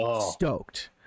stoked